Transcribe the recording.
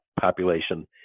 population